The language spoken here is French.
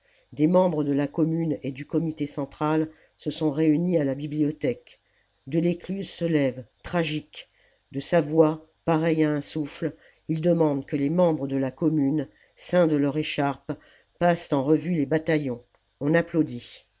de la commune et du comité central se sont réunis à la bibliothèque delescluze se lève tragique de sa voix pareille à un souffle il demande que les membres de la commune ceints de leur écharpe passent en revue les bataillons on applaudit